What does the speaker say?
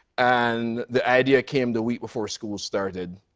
and the idea came the week before school started.